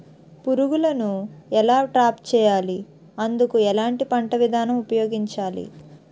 పురుగులను ఎలా ట్రాప్ చేయాలి? అందుకు ఎలాంటి పంట విధానం ఉపయోగించాలీ?